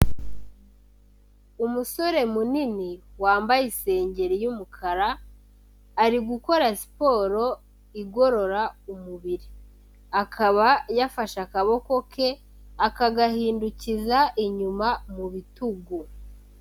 Umusore munini wambaye isengeri y'umukara, ari gukora siporo igorora umubiri, akaba yafashe akaboko ke akagahindukiza inyuma mu bitugu.